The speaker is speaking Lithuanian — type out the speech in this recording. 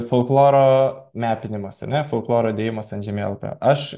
folkloro mepinimas ar ne folkloro dėjimas ant žemėlapio aš